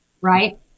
Right